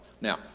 Now